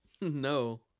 No